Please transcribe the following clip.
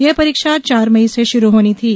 यह परीक्षा चार मई से शुरू होना थी